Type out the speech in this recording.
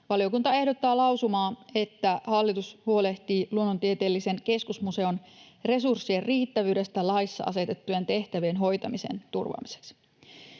Valiokunta ehdottaa lausumaa, että ”hallitus huolehtii Luonnontieteellisen keskusmuseon resurssien riittävyydestä laissa asetettujen tehtävien hoitamisen turvaamiseksi”.